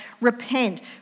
repent